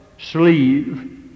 sleeve